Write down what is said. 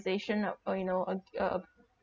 of or you know